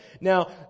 Now